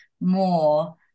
more